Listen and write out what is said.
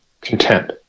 content